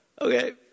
Okay